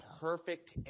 perfect